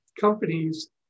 companies